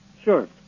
Sure